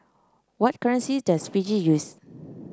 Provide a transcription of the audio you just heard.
what currency does Fiji use